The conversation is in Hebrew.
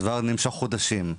הדבר נמשך חודשים.